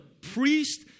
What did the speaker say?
priest